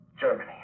Germany